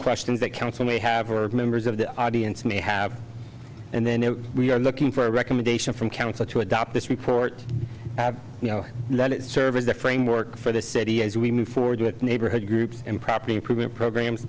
questions that council may have or members of the audience may have and then we're looking for a recommendation from council to adopt this report you know let it serve as the framework for the city as we move forward with neighborhood groups and property improvement program